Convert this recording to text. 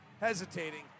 hesitating